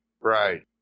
Right